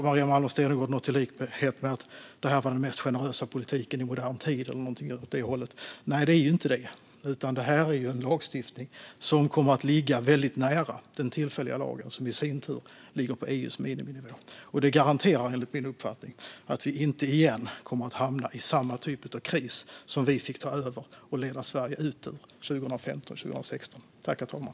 Maria Malmer Stenergard sa något i stil med att detta var den mest generösa politiken i modern tid eller något åt det hållet. Nej, det är ju inte det. Det här är i stället en lagstiftning som kommer att ligga väldigt nära den tillfälliga lagen, som i sin tur ligger på EU:s miniminivå. Det garanterar enligt min uppfattning att vi inte återigen kommer att hamna i den typ av kris som vi fick ta över och leda Sverige ut ur 2015-2016.